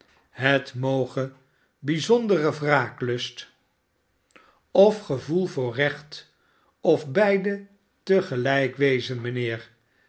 het moge bijzondere wraaklust of gevoel voor recht of beide te gelijk wezen mijnheer